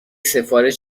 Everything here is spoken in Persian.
سفارش